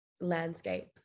landscape